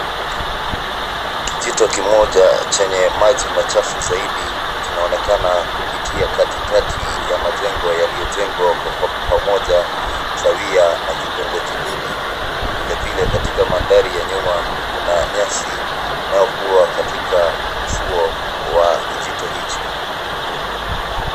Kijito kimoja chenye maji machafu zaidi kinaonekana kupitia katikati ya majengo yaliyo jengwa kwa pamoja sawia na kitongoji duni. Vile vile katika mandari ya nyuma kuna nyasi inaokua katika ufuo wa kijito hichi.